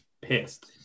pissed